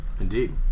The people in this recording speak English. Indeed